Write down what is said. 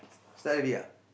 start already ah